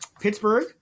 Pittsburgh